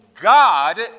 God